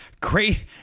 Great